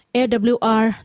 awr